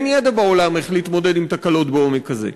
אין ידע בעולם איך להתמודד עם תקלות בעומק כזה.